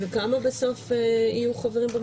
וכמה יהיו בסוף יהיו חברים?